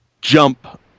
jump